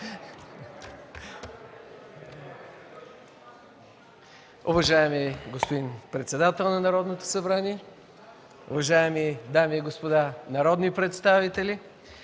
Уважаеми господин председател на Народното събрание, уважаеми дами и господа народни представители!